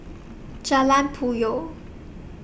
Jalan Puyoh